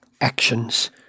actions